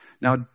Now